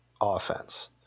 offense